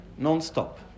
non-stop